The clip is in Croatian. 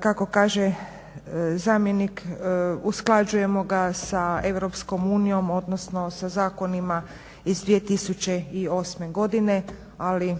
kako kaže zamjenik usklađujemo ga sa EU odnosno sa zakonima iz 2008.godine ali